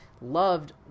loved